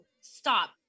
Stop